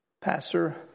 Pastor